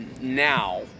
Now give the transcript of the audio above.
now